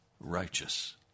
righteous